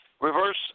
reverse